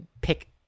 pick